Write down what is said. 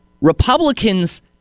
Republicans